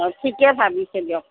অঁ ঠিকে ভাবিছে দিয়ক